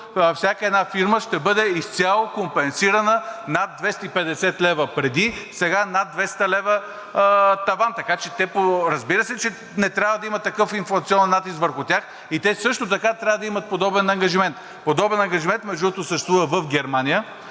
всяка една фирма ще бъде изцяло компенсирана над 250 лв. преди, сега над 200 лв. таван, така че… Разбира се, че не трябва да има такъв инфлационен натиск върху тях, и те също така трябва да имат подобен ангажимент. Подобен ангажимент, между другото, съществува в Германия